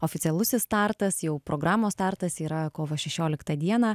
oficialus startas jau programos startas yra kovo šešioliktą dieną